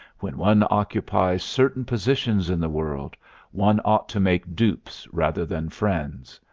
when one occupies certain positions in the world one ought to make dupes rather than friends.